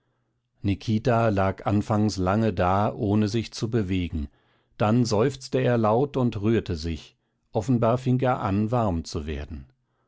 nikita lag anfangs lange da ohne sich zu bewegen dann seufzte er laut und rührte sich offenbar fing er an warm zu werden